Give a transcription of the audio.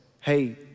hey